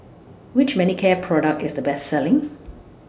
Which Manicare Product IS The Best Selling